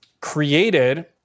created